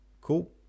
Cool